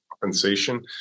compensation